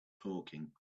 talking